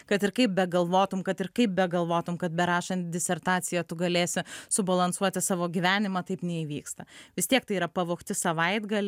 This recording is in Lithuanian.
kad ir kaip begalvotum kad ir kaip begalvotum kad berašant disertaciją tu galėsi subalansuoti savo gyvenimą taip neįvyksta vis tiek tai yra pavogti savaitgaliai